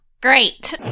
Great